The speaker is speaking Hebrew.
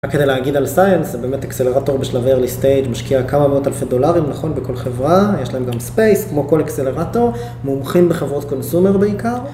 רק כדי להגיד על סייאנס, באמת אקסלרטור בשלבי Early Stage משקיע כמה מאות אלפי דולרים, נכון, בכל חברה, יש להם גם Space, כמו כל אקסלרטור, מומחים בחברות קונסומר בעיקר.